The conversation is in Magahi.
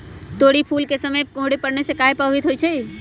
तोरी फुल के समय कोहर पड़ने से काहे पभवित होई छई?